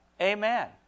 Amen